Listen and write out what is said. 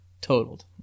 Totaled